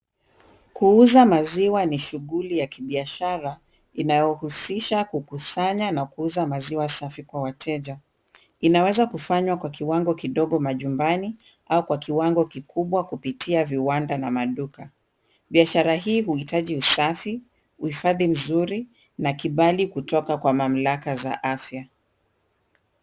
Kuuza maziwa ni shughuli ya kibiashara inayohusisha kukusanya na kuuza maziwa safi kwa wateja. Inaweza kufanywa kwa kiwango kidogo majumbani au kwa kiwango kikubwa kupitia viwanda na maduka. Biashara hii huhitaji usafi, uhifadhi mzuri, na kibali kutoka kwa mamlaka za afya.